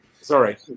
Sorry